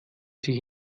sich